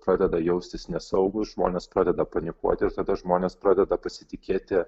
pradeda jaustis nesaugūs žmonės pradeda panikuoti ir tada žmonės pradeda pasitikėti